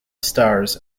stars